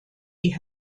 die